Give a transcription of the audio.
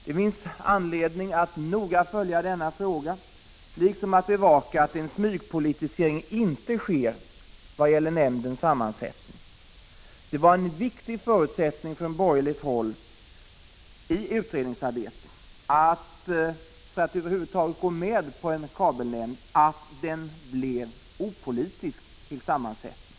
Det finns anledning att noga följa denna fråga, liksom att bevaka att inte en smygpolitisering sker när det gäller nämndens sammansättning. Det var en viktig förutsättning från borgerligt håll i utredningsarbetet, för att man över huvud taget skulle gå med på en nämnd, att dess sammansättning blev opolitisk.